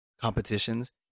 competitions